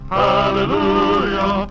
hallelujah